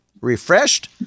refreshed